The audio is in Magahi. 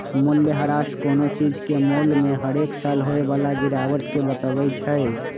मूल्यह्रास कोनो चीज के मोल में हरेक साल होय बला गिरावट के बतबइ छइ